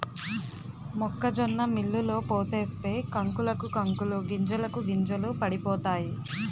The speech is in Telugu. మొక్కజొన్న మిల్లులో పోసేస్తే కంకులకు కంకులు గింజలకు గింజలు పడిపోతాయి